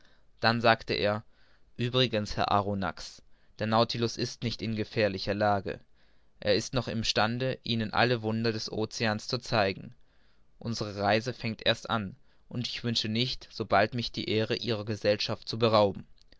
dann sagte er uebrigens herr arronax der nautilus ist nicht in gefährlicher lage er ist noch im stande ihnen alle wunder des oceans zu zeigen unsere reise fängt erst an und ich wünsche nicht so bald mich der ehre ihrer gesellschaft zu berauben